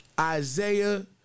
Isaiah